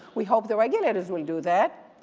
we hope the regulators will do that.